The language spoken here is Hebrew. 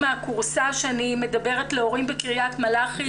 מהכורסא ואני מדברת להורים בקריית מלאכי.